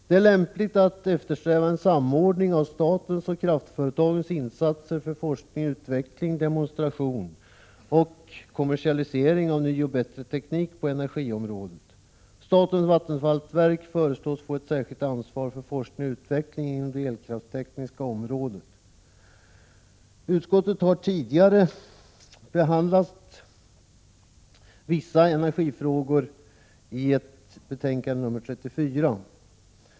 Det är lämpligt att eftersträva en samordning av statens och kraftföretagens insatser för forskning, utveckling, demonstration och kommersialisering av ny och bättre teknik på energiområdet. Statens vattenfallsverk föreslås få ett särskilt ansvar för forskning och utveckling inom det elkraftstekniska området. Utskottet har tidigare behandlat vissa energifrågor i betänkande 34.